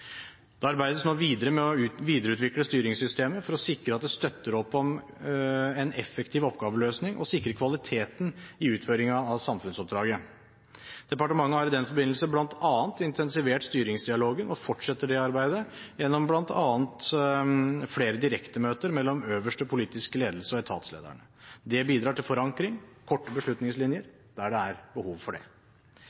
Det arbeides nå videre med å videreutvikle styringssystemet for å sikre at det støtter opp om en effektiv oppgaveløsning og sikrer kvaliteten i utføringen av samfunnsoppdraget. Departementet har i den forbindelse bl.a. intensivert styringsdialogen og fortsetter det arbeidet gjennom flere direktemøter mellom øverste politiske ledelse og etatslederne. Det bidrar til forankring og korte beslutningslinjer